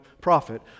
prophet